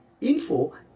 info